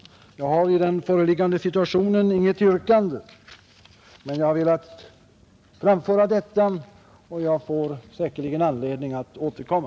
Jag har i den föreliggande situationen inget yrkande, men jag har velat framföra dessa synpunkter och får säkerligen anledning att återkomma.